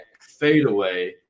fadeaway